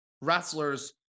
wrestlers